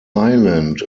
island